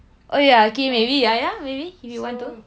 oh ya okay maybe ya ya maybe if you want to